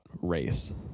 race